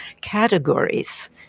categories